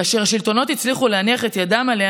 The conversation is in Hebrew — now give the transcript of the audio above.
כאשר השלטונות הצליחו להניח את ידם עליה